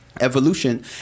evolution